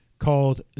called